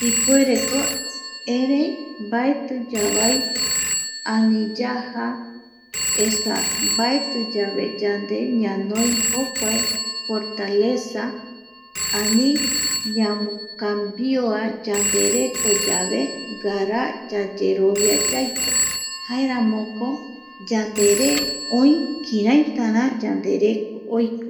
Ipuereko erei mbaeti yavai, ani yaja esa mbaeti yave yande ñanoi jokua fortaleza ani ñamocambioa yande reko ngara yayerovia yaiko jaeramoko yandere oi kiraitara yandereko oiko